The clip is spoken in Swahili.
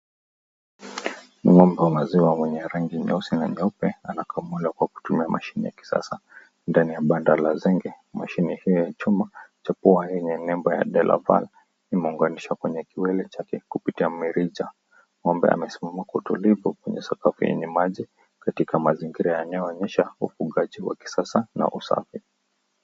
Ng'ombe wa maziwa wenye rangi nyeusi na nyeupe anakamuliwa kwa kutumia mashini ya kisasa. Ndani ya banda la zenge mashini hiyo ya chuma, chopo yenye nembo ya Delapack imeunganishwa kwenye kiwele chake kupitia mirija.Ng'ombe amesimama kwa utulivu kwenye sakafu yenye maji katika mazingira yanayoonyesha ufugaji wa kisasa na usafi.